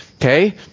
Okay